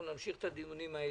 אנחנו נמשיך את הדיונים האלה.